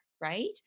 right